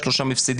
יש לו שם הפסדים.